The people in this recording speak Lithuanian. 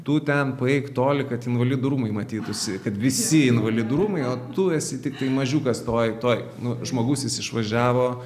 tu ten paeik toli kad invalidų rūmai matytųsi kad visi invalidų rūmai o tu esi tiktai mažiukas toj toj nu žmogus jis išvažiavo